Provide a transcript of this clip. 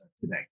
today